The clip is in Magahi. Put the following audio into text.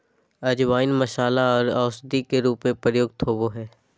अजवाइन मसाला आर औषधि के रूप में प्रयुक्त होबय हइ